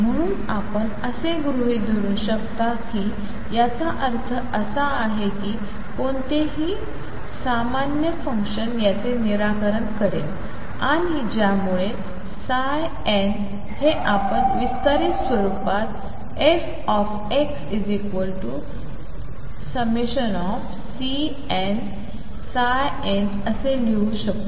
म्हणून आपण असे गृहीत धरुन शकता की याचा अर्थ असा आहे की कोणतेही सामान्य फंक्शन याचे निराकरण करेल आणि ज्यामुळे ψ n हे आपण विस्तारित स्वरूपात fx∑Cnn असे लिहू शकु